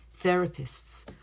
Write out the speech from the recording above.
Therapists